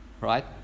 Right